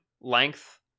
length